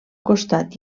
costat